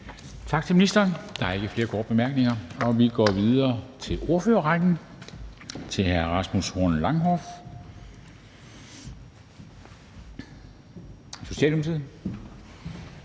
Tak til ministeren. Der er ikke flere korte bemærkninger. Og vi går videre i ordførerrækken. Hr. Rasmus Horn Langhoff, Socialdemokratiet.